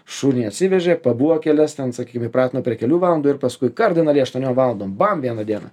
šunį atsivežė pabuvo kelias ten sakykim įpratino prie kelių valandų ir paskui kardinaliai aštuonių valandų bam vieną dieną